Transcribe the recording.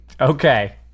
Okay